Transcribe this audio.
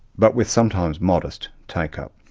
but with sometimes modest take-up.